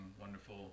wonderful